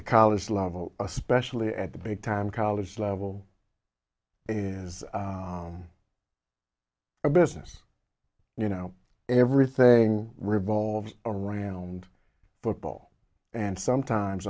the college level especially at the big time college level is a business you know everything revolves around football and sometimes